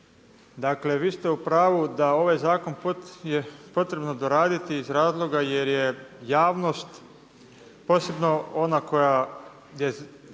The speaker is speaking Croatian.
Dakle vi ste u pravu da ovaj zakon je potrebno doraditi iz razloga jer je javnost posebno ona koja je najviše